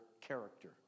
character